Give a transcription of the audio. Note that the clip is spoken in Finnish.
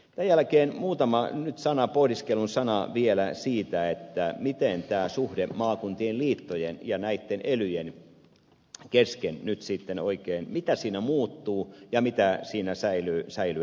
tämän jälkeen muutama pohdiskelun sana vielä siitä mikä on tämä maakuntien liittojen ja näitten elyjen suhde nyt sitten oikein mitä siinä muuttuu ja mitä siinä säilyy entisellään